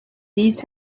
these